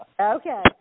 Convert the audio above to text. Okay